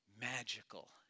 magical